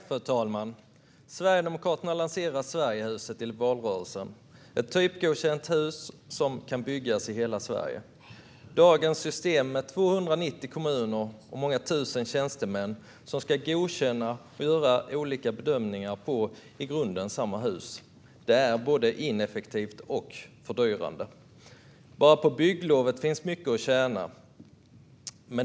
Fru talman! Sverigedemokraterna lanserade Sverigehuset i valrörelsen. Det är ett typgodkänt hus som kan byggas i hela Sverige. Dagens system med 290 kommuner och många tusen tjänstemän som ska godkänna och göra olika bedömningar av i grunden samma hus är både ineffektivt och fördyrande. Bara på bygglovet finns mycket att tjäna.